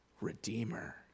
redeemer